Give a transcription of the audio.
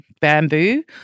bamboo